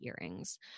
earrings